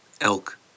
elk